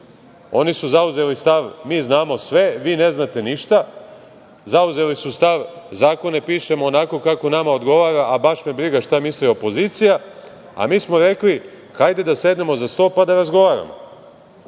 oni su zauzeli stav – mi znamo sve, vi ne znate ništa. Zauzeli su stav – zakone pišemo onako kako nama odgovara, a baš me briga šta misli opozicija. A mi smo rekli – hajde da sednemo za sto, pa da razgovaramo.